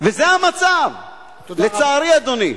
וזה המצב, לצערי, אדוני.